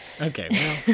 Okay